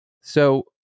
So-